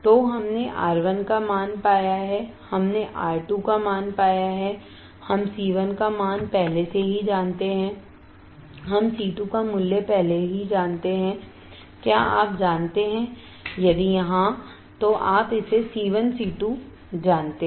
तो हमने R1 का मान पाया है हमने R2 का मान पाया है हम C1 का मान पहले ही जानते हैं हम C2 का मूल्य पहले ही जानते हैं क्या आप जानते हैं यदि हां तो आप इसे C1 C2 जानते हैं